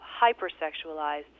hyper-sexualized